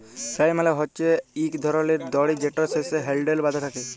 flail মালে হছে ইক ধরলের দড়ি যেটর শেষে হ্যালডেল বাঁধা থ্যাকে